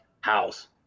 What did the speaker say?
house